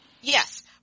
Yes